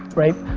right,